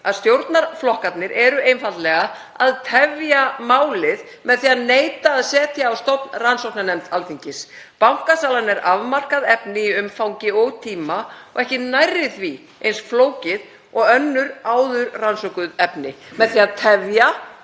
að stjórnarflokkarnir eru einfaldlega að tefja málið með því að neita að setja á stofn rannsóknarnefnd Alþingis. Bankasalan er afmarkað efni í umfangi og tíma og ekki nærri því eins flókið og önnur áður rannsökuð efni. Með því að tefja